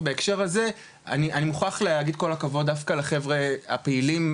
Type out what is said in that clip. ובהקשר הזה אני מוכרח להגיד כל הכבוד דווקא לחברה הפעילים,